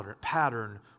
pattern